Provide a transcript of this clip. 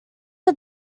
are